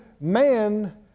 man